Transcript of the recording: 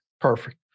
Perfect